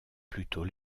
plutôt